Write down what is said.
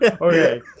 Okay